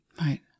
Right